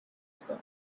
zone